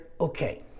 okay